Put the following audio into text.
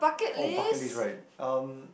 oh bucket list right um